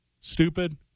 Stupid